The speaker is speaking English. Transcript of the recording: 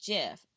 Jeff